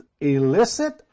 illicit